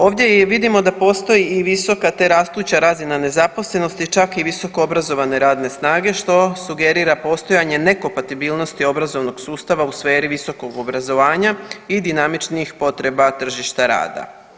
Ovdje vidimo da postoji i visoka te rastuća razina nezaposlenosti, čak i visokoobrazovane radne snage, što sugerira postoje nekompatibilnosti obrazovnog sustava u sferi visokog obrazovanja i dinamičnih potreba tržišta rada.